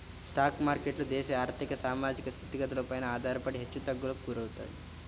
stock మార్కెట్లు దేశ ఆర్ధిక, సామాజిక స్థితిగతులపైన ఆధారపడి హెచ్చుతగ్గులకు గురవుతాయి